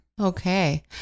Okay